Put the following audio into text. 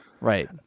right